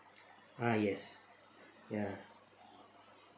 ah yes ya